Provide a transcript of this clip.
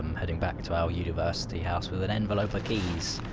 um heading back to our university house with an envelope of keys,